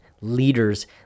Leaders